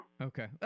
Okay